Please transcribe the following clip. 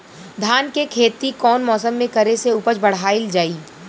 धान के खेती कौन मौसम में करे से उपज बढ़ाईल जाई?